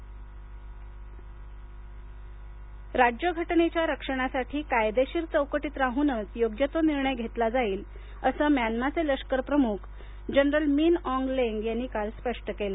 Myanmar लष्कर राज्यघटनेच्या रक्षणासाठी कायदेशीर चौकटीत राहूनच योग्य तो निर्णय घेतला जाईल असे म्यानमाचे लष्कर प्रमुख जनरल मिन ऑग लेंग यांनी काल स्पष्ट केले